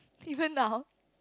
different lah [horh]